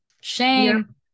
Shame